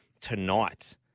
tonight